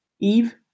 Eve